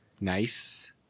nice